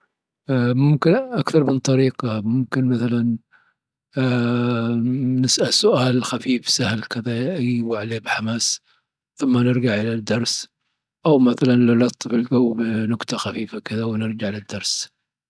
ممكن، أكثر من طريقة. ممكن مثلا نسأل سؤال خفيق سهل كذا يجيبوا عليه بحماس لما نرجع الى الدرس، او مثلا نلطف الجو بنكتة خفيفة كذا ونرجع للدرس.